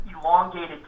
elongated